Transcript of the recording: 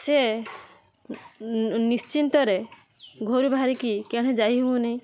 ସେ ନିଶ୍ଚିନ୍ତରେ ଘରୁ ବାହରିକି କେଣେ ଯାଇ ହଉନେଇ